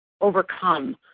overcome